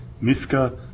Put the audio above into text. Miska